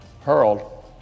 hurled